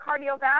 cardiovascular